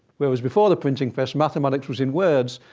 whereas before the printing press, mathematics was in words,